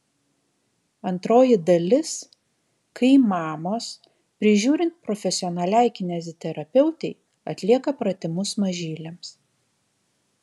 antroji dalis kai mamos prižiūrint profesionaliai kineziterapeutei atlieka pratimus mažyliams